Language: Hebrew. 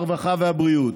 הרווחה והבריאות.